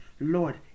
Lord